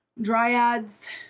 dryads